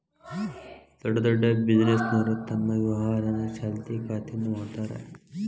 ದೊಡ್ಡ್ ದೊಡ್ಡ್ ಬಿಸಿನೆಸ್ನೋರು ತಮ್ ವ್ಯವಹಾರನ ಚಾಲ್ತಿ ಖಾತೆಯಿಂದ ಮಾಡ್ತಾರಾ